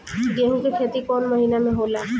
गेहूं के खेती कौन महीना में होला?